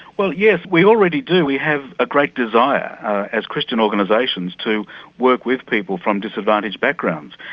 well, yes, we already do, we have a great desire as christian organisations to work with people from disadvantaged backgrounds.